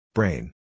Brain